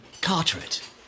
Carteret